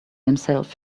himself